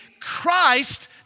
Christ